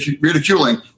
ridiculing